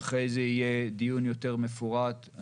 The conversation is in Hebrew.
ואחרי זה יהיה דיון מפורט יותר בפשיעה בחברה הערבית.